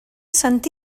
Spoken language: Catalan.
sant